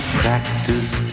practice